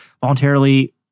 voluntarily